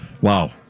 Wow